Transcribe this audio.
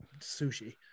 sushi